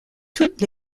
toutes